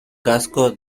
casco